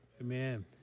Amen